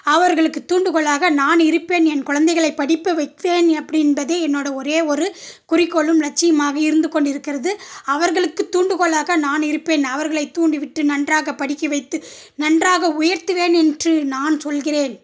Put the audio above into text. அவர்களுக்குத் தூண்டுகோலாக நான் இருப்பேன் என் குழந்தைகளைப் படிக்க வைப்பேன் அப்படி என்பதே என்னோடய ஒரே ஒரு குறிக்கோளும் லட்சியமாக இருந்துக் கொண்டு இருக்கிறது அவர்களுக்குத் தூண்டுகோலாக நான் இருப்பேன் அவர்களைத் தூண்டி விட்டு நன்றாக படிக்க வைத்து நன்றாக உயர்த்துவேன் என்று நான் சொல்கிறேன்